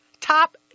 top